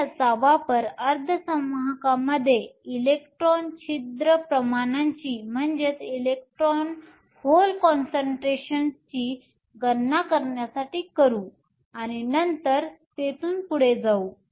आपण याचा वापर अर्धसंवाहकमध्ये इलेक्ट्रॉन छिद्र प्रमाणाची गणना करण्यासाठी करू आणि नंतर तेथून पुढे जाऊ